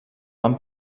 van